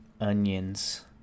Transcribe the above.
onions